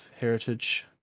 heritage